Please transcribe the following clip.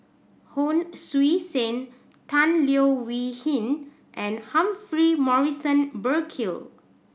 Hon Sui Sen Tan Leo Wee Hin and Humphrey Morrison Burkill